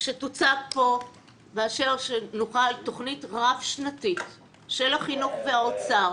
שתוצג פה תכנית רב שנתית של החינוך והאוצר